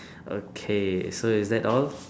okay so is that all